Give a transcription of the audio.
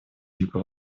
юго